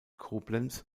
koblenz